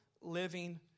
living